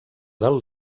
del